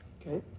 Okay